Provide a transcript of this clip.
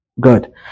good